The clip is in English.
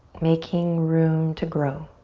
making room to grow.